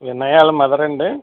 వినయ్ వాళ్ళ మదరండి